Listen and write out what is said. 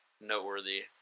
noteworthy